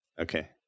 Okay